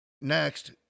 next